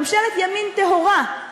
ממשלת ימין טהורה,